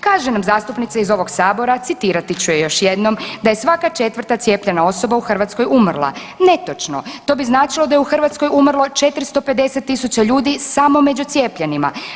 Kaže nam zastupnica iz ovog sabora citirati ću je još jednom „da je svaka četvrta cijepljena osoba u Hrvatskoj umrla“, netočno, to bi značilo da je u Hrvatskoj umrlo 450.000 ljudi samo među cijepljenima.